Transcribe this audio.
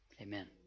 Amen